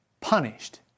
punished